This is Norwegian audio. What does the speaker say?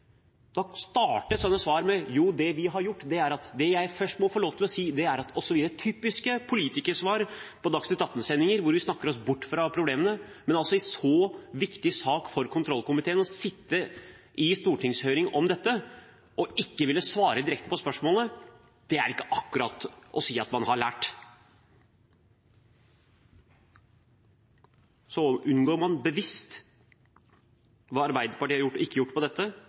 ting, men startet svarene med: Det vi har gjort, er …, og det jeg først må få lov til å si, er … Det er typiske politikersvar i Dagsnytt 18-sendinger, hvor vi snakker oss bort fra problemene. Men i en så viktig sak for kontrollkomiteen å sitte i stortingshøring om dette og ikke ville svare direkte på spørsmålene er ikke akkurat å si at man har lært. Unngår man bevisst hva Arbeiderpartiet har gjort og ikke gjort i dette,